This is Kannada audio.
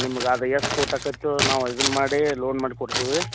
ನಿಮ್ಗ ಅದು ಎಷ್ಟು ಕೋಟಿ ಅಕ್ಯಾತೊ ನಾವು ಇದನ್ನ ಮಾಡಿ ಲೋನ್ ಮಾಡಿ ಕೊಡ್ತೀವಿ